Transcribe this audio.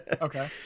Okay